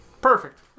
Perfect